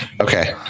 Okay